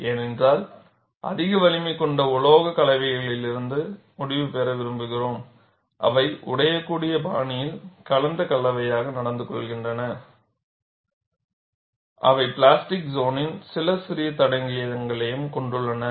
ஏனென்றால் அதிக வலிமை கொண்ட உலோகக் கலவைகளிலிருந்து முடிவு பெற விரும்புகிறோம் அவை உடையக்கூடிய பாணியில்கலந்த கலவையாக நடந்துகொள்கின்றன அவை பிளாஸ்டிக் சோனின் சில சிறிய தடயங்களையும் கொண்டுள்ளன